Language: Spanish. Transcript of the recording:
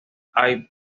hay